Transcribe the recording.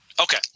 okay